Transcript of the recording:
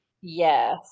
yes